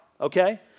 okay